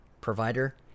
provider